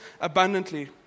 abundantly